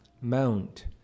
Mount